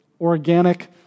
organic